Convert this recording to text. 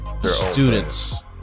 students